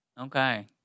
Okay